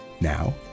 Now